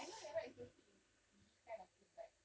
I know you're not interested in in this kind of thing but